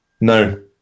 No